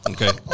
Okay